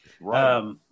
Right